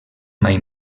mai